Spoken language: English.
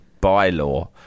bylaw